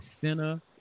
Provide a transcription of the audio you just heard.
center